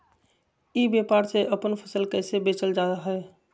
ई व्यापार से अपन फसल कैसे बेचल जा हाय?